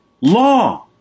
law